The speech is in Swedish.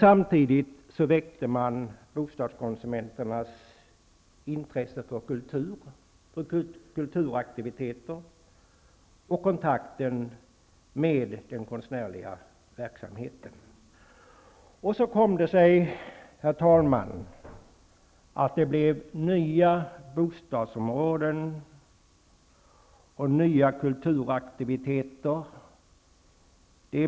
Samtidigt väcktes bostadskonsumenternas intresse för kultur, kulturaktiviteter och kontakten med den konstnärliga verksamheten. Herr talman! Så kom det sig att nya bostadsområden byggdes och nya kulturaktiviteter skapades.